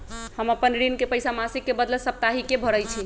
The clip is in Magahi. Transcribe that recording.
हम अपन ऋण के पइसा मासिक के बदले साप्ताहिके भरई छी